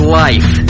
life